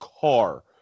car